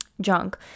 junk